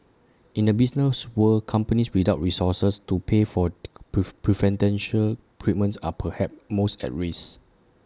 in the business world companies without resources to pay for prove preferential treatment are perhaps most at risk